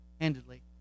handedly